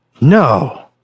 No